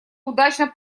удачно